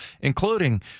including